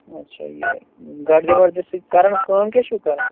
اچھا یہِ گڑدِ وَڑدِ سۭتۍ کَرَان کٲم کیٛاہ چھِو کَرَان